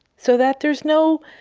so that there's no